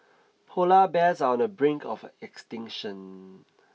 polar bears are on the brink of extinction